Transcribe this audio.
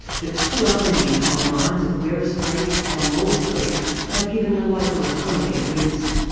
but two other new coal mines at werris creek and maules creek have given the local economy a boost.